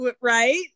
Right